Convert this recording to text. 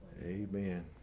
amen